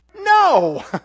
No